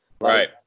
Right